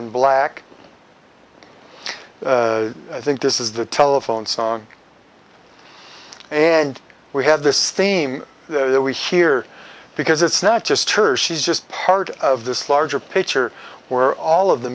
in black i think this is the telephone song and we have this theme that we hear because it's not just her she's just part of this larger picture where all of the